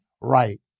right